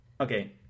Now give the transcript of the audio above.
Okay